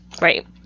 Right